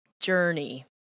journey